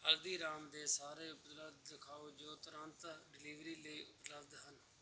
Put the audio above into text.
ਹਲਦੀਰਾਮ ਦੇ ਸਾਰੇ ਉਤਪਾਦ ਦਿਖਾਓ ਜੋ ਤੁਰੰਤ ਡਿਲੀਵਰੀ ਲਈ ਉਪਲੱਬਧ ਹਨ